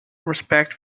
respect